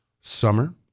Summer